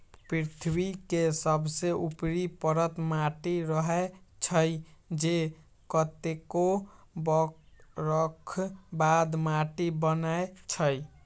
पृथ्वी के सबसे ऊपरी परत माटी रहै छइ जे कतेको बरख बाद माटि बनै छइ